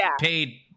paid